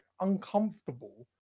uncomfortable